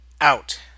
out